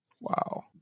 Wow